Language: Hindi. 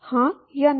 हाँ या ना